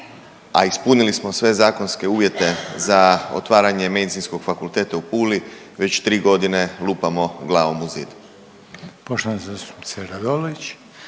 a ispunili smo sve zakonske uvjete za otvaranje medicinskog fakulteta u Puli, već 3 godine lupamo glavom u zid.